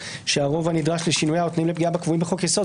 שהרוב הנדרש לשינויה או תנאים לפגיעה בה קבועים בחוק יסוד,